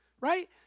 Right